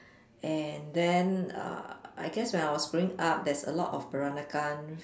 and then uh I guess when I was growing up there's a lot of Peranakan